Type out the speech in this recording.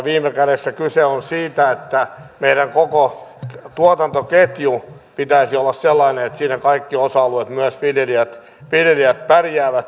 viime kädessä kyse on siitä että koko meidän tuotantoketjumme pitäisi olla sellainen että siinä kaikki osa alueet myös viljelijät pärjäävät